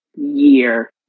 year